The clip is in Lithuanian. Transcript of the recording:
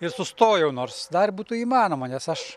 ir sustojau nors dar būtų įmanoma nes aš